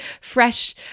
fresh